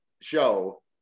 show